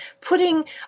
putting